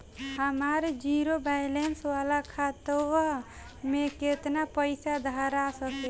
हमार zero balance वाला खतवा म केतना पईसा धरा सकेला?